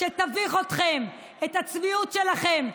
שתביך אתכם, תראה את הצביעות שלכם.